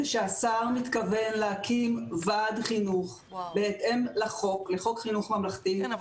זה שהשר מתכוון להקים ועד חינוך בהתאם לחוק חינוך ממלכתי -- לא,